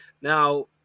Now